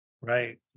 Right